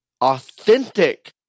authentic